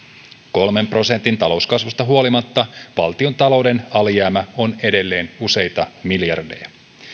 kolmen prosentin talouskasvusta huolimatta valtiontalouden alijäämä on edelleen useita miljardeja